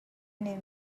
نمیری